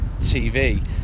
TV